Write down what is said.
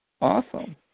Awesome